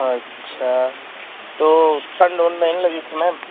अच्छा तो ठंड उंड नहीं ना लगी थी मैम